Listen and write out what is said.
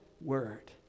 Word